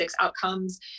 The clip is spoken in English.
outcomes